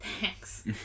Thanks